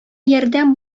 ярдәм